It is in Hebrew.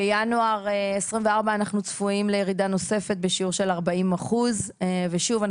בינואר 2024 אנחנו צפויים לירידה נוספת בשיעור של 40%. ושוב,